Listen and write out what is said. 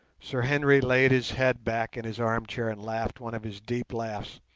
sir henry laid his head back in his arm-chair and laughed one of his deep laughs.